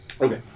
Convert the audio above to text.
Okay